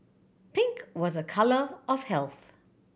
pink was a colour of health